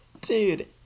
Dude